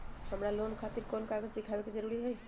हमरा लोन खतिर कोन कागज दिखावे के जरूरी हई?